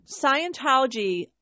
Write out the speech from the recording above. Scientology